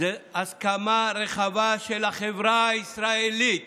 זו הסכמה רחבה של החברה הישראלית